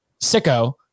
sicko